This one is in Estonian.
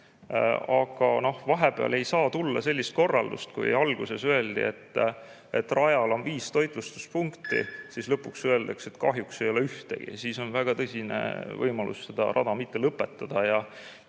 Aga vahepeal ei saa tulla sellist korraldust, et kui alguses öeldi, et rajal on viis toitlustuspunkti, siis lõpuks öeldakse, et kahjuks ei ole ühtegi. Siis on väga tõsine võimalus seda [jooksu] mitte lõpetada.